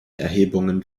erhebungen